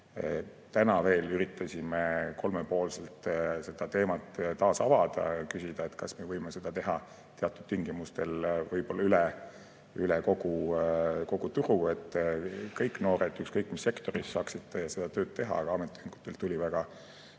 Täna veel üritasime kolmepoolselt seda teemat taas avada, küsides, kas me võime seda teha teatud tingimustel võib-olla üle kogu turu, et kõik noored, ükskõik mis sektoris, saaksid seda tööd teha, aga ametiühingutelt tuli väga